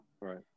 Right